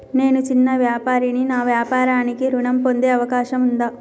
నేను చిన్న వ్యాపారిని నా వ్యాపారానికి ఋణం పొందే అవకాశం ఉందా?